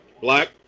black